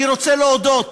אני רוצה להודות